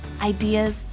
ideas